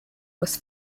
was